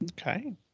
okay